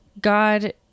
God